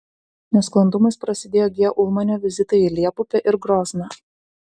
nesklandumais prasidėjo g ulmanio vizitai į liepupę ir grozną